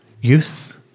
youth